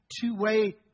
Two-way